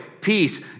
peace